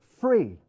free